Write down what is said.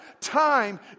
Time